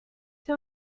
two